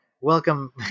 welcome